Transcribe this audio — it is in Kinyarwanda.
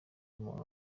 muntu